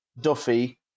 Duffy